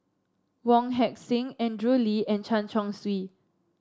Wong Heck Sing Andrew Lee and Chen Chong Swee